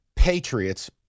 Patriots